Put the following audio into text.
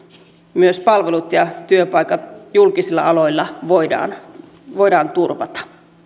myös palvelut ja työpaikat julkisilla aloilla voidaan voidaan turvata